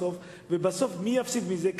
ובסוף מי יפסיד מזה?